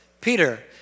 Peter